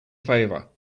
favor